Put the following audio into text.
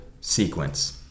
sequence